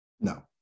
No